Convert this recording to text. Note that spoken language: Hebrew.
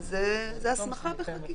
אז זו הסמכה בחקיקה.